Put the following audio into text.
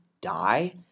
die